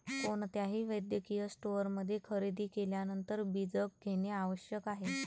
कोणत्याही वैद्यकीय स्टोअरमध्ये खरेदी केल्यानंतर बीजक घेणे आवश्यक आहे